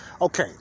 Okay